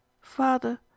Father